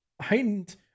heightened